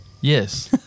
Yes